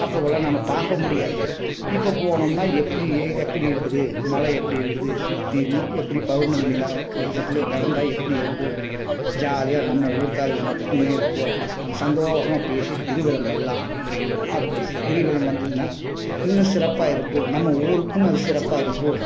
அப்போக்குள்ள நம்ம பார்க்க முடியாது இப்போ போனோம்னா எப்படி ஏ எப்படி இருக்குது மலை எப்படி இருக்குது சுத்தியுமே எப்படி பௌவுர்ணமி நிலா வெளிச்சத்தில் நடந்தால் எப்படி இருக்கும் ஜாலியாக நம்ம ஊருக்காரவங்க மட்டுமே இருப்போம் நம்ம சந்தோஷமா பேசிட்டு கிரிவலம் பண்ணலாம் அப்படி கிரிவலம் வந்ததுன்னா இன்னும் சிறப்பாக இருக்கும் நம்ம ஊருக்கும் அது சிறப்பாக இருக்கும்